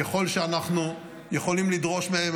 ככל שאנחנו יכולים לדרוש מהם,